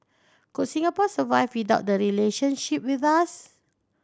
could Singapore survive without the relationship with us